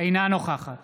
אינה נוכחת